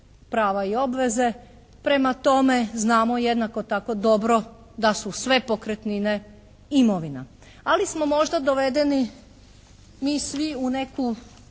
prava i obveze. Prema tome, znamo jednako tako dobro da su sve pokretnine imovina. Ali smo možda dovedeni mi svi u neku,